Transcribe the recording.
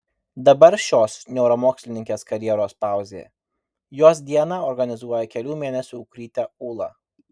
dabar šios neuromokslininkės karjeroje pauzė jos dieną organizuoja kelių mėnesių dukrytė ūla